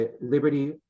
Liberty